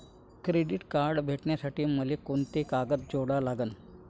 Credit card भेटासाठी मले कोंते कागद जोडा लागन?